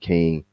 King